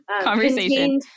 Conversation